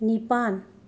ꯅꯤꯄꯥꯟ